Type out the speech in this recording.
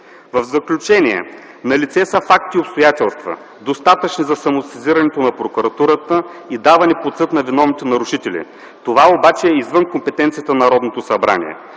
В заключение, налице са факти и обстоятелства, достатъчни за самосезиране на прокуратурата и даване под съд на виновните нарушители. Това обаче е извън компетенцията на Народното събрание.